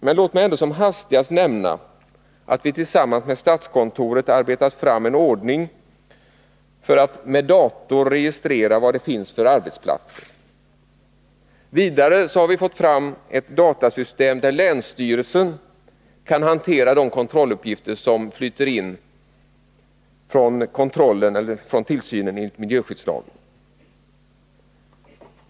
Men låt mig ändå som hastigast nämna att vi tillsammans med statskontoret har arbetat fram en ordning för att arbetarskyddet med datorer kan registrera vad det finns för arbetsplatser. Vidare har vi fått fram ett datasystem, där länsstyrelsen kan hantera de kontrolluppgifter som flyter in från tillsynen enligt miljöskyddslagen.